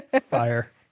Fire